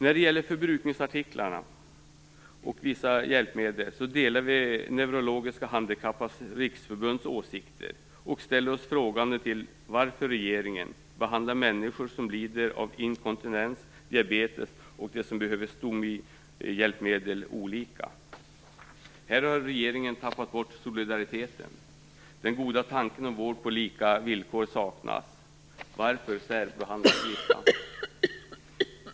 Vi delar Neurologiskt handikappades riksförbunds åsikter om förbrukningsartiklar och vissa hjälpmedel och ställer oss frågande till varför regeringen behandlar människor som lider av inkontinens, diabetes eller som behöver stomihjälpmedel olika. Här har regeringen tappat bort solidariteten. Den goda tanken om vård på lika villkor saknas. Varför särbehandlas vissa?